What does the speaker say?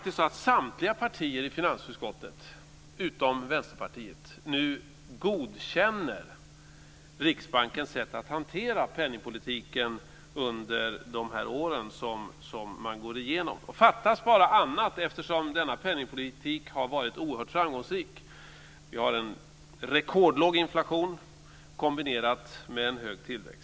Samtliga partier i finansutskottet utom Vänsterpartiet godkänner nu Riksbankens sätt att hantera penningpolitiken under de år som man går igenom. Och det skulle bara fattas annat, eftersom denna penningpolitik har varit oerhört framgångsrik. Vi har en rekordlåg inflation kombinerad med en hög tillväxt.